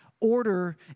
order